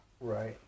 Right